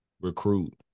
recruit